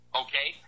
okay